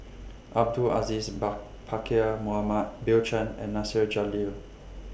Abdul Aziz Pakkeer Mohamed Bill Chen and Nasir Jalil